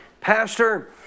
Pastor